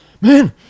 man